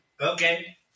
Okay